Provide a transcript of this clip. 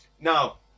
Now